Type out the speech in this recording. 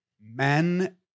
men